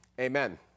amen